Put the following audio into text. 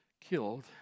killed